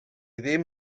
ddim